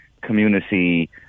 community